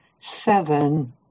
seven